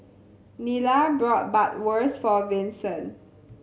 Nila brought Bratwurst for Vincent